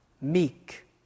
meek